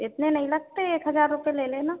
इतने नहीं लगते एक हजार रुपए ले लेना